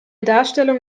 darstellung